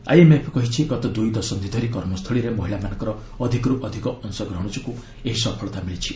IMF କହିଛି ଗତ ଦୁଇ ଦଶନ୍ଧି ଧରି କର୍ମସ୍ଥଳୀରେ ମହିଳାମାନଙ୍କର ଅଧିକରୁ ଅଧିକ ଅଂଶଗ୍ରହଣ ଯୋଗୁଁ ଏହି ସଫଳତା ମିଳିଛି